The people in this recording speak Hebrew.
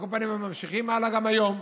על כל פנים, הם ממשיכים הלאה גם היום.